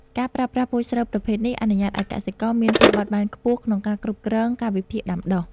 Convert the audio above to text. ការប្រើប្រាស់ពូជស្រូវប្រភេទនេះអនុញ្ញាតឱ្យកសិករមានភាពបត់បែនខ្ពស់ក្នុងការគ្រប់គ្រងកាលវិភាគដាំដុះ។